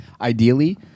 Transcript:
Ideally